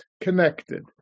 connected